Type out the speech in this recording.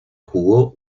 jugó